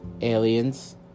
aliens